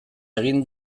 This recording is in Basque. egin